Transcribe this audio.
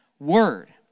word